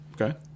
Okay